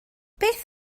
beth